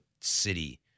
city